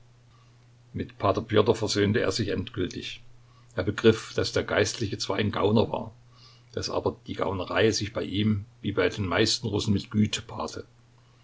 mit p pjotr versöhnte er sich endgültig er begriff daß der geistliche zwar ein gauner war daß aber die gaunerei sich bei ihm wie bei den meisten russen mit güte paarte